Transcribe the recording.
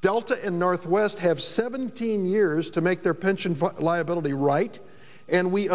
delta and northwest have seventeen years to make their pension liability right and we